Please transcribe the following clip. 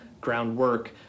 groundwork